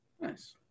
Nice